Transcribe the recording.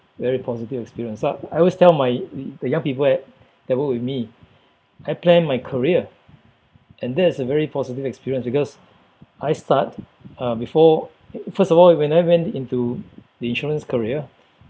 very positive experience uh I always tell my the young people at that work with me I plan my career and that is a very positive experience because I start uh before first of all when I went into the insurance career